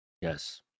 Yes